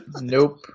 Nope